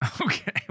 Okay